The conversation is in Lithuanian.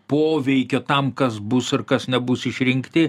poveikio tam kas bus ir kas nebus išrinkti